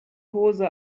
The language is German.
hose